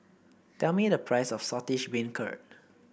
tell me the price of Saltish Beancurd